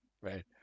right